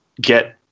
get